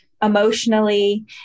emotionally